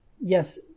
yes